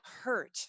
hurt